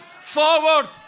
Forward